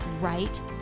right